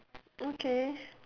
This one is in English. okay